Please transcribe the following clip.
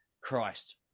Christ